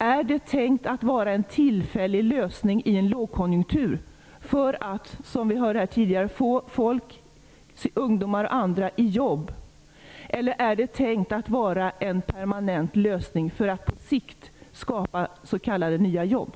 Är det hela tänkt som en tillfällig lösning i en lågkonjunktur för att -- som vi hörde här tidigare -- få ungdomar och andra i jobb, eller är det tänkt som en permanent lösning för att på sikt skapa s.k. nya jobb?